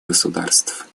государств